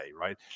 right